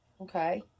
Okay